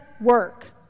work